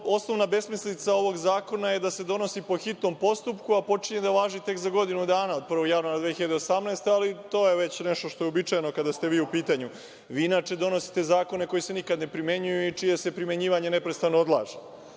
osnovna besmislica ovog zakona je da se donosi po hitnom postupku, a počinje da važi tek za godinu dana, od 1. januara 2018. godine, ali to je već nešto što je uobičajeno kada ste vi u pitanju. Vi, inače, donosite zakone koji se nikad ne primenjuju i čija se primenjivanje neprestano odlaže.